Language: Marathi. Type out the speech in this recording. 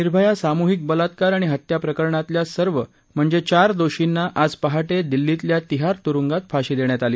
निर्भया सामूहिक बलात्कार आणि हत्या प्रकरणातल्या सर्व म्हणजे चार दोषींना आज पहाटे दिल्लीतल्या तिहार तुरुंगात फाशी देण्यात आली